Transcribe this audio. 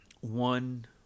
one